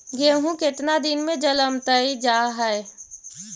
गेहूं केतना दिन में जलमतइ जा है?